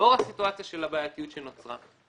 לאור הסיטואציה של הבעייתיות שנוצרה,